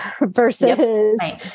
versus